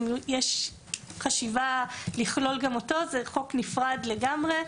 אם יש חשיבה לכלול גם אותו זה חוק נפרד לגמרי.